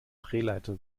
drehleiter